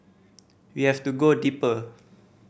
we have to go deeper